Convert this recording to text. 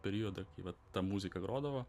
periodą kai va ta muzika grodavo